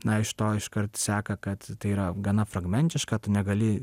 na iš to iškart seka kad tai yra gana fragmentiška tu negali